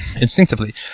instinctively